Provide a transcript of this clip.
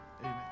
amen